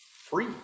free